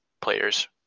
players